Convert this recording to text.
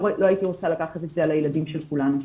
לא הייתי רוצה לקחת את זה על הילדים של כולנו.